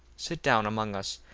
sit down among us,